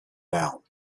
down